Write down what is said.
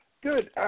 Good